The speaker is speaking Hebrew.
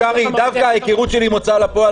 דווקא ההיכרות שלי עם הוצאה לפועל